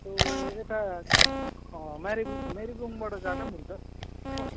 बाटो यता मारि मेरिबुङबाट जाँदा पनि हुन्छ हो